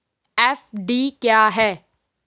FD क्या है?